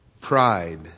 pride